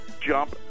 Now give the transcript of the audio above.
jump